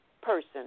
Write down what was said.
person